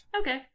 Okay